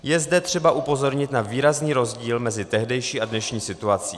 Je zde třeba upozornit na výrazný rozdíl mezi tehdejší a dnešní situací.